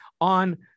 on